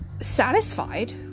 satisfied